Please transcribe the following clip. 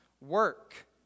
work